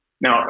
Now